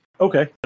Okay